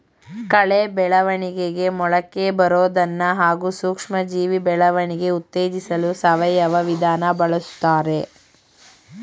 ಕಳೆ ಬೆಳವಣಿಗೆ ಮೊಳಕೆಬರೋದನ್ನ ಹಾಗೂ ಸೂಕ್ಷ್ಮಜೀವಿ ಬೆಳವಣಿಗೆ ಉತ್ತೇಜಿಸಲು ಸಾವಯವ ವಿಧಾನ ಬಳುಸ್ತಾರೆ